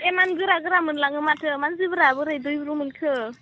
एमान गोरा गोरा मोनलाङो माथो मानसिफोरा बोरै दैब्रु मोनखो